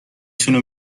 تونه